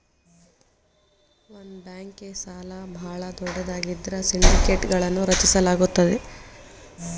ಒಂದ ಬ್ಯಾಂಕ್ಗೆ ಸಾಲ ಭಾಳ ದೊಡ್ಡದಾಗಿದ್ರ ಸಿಂಡಿಕೇಟ್ಗಳನ್ನು ರಚಿಸಲಾಗುತ್ತದೆ